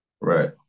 Right